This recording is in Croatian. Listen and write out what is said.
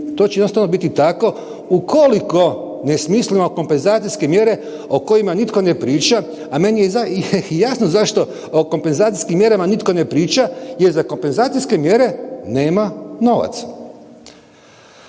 To će jednostavno biti tako ukoliko ne smislimo kompenzacijske mjere o kojima nitko ne priča, a meni je jasno zašto o kompenzacijskim mjerama nitko ne priča jer za kompenzacijske mjere nema novaca.